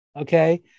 Okay